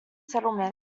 settlement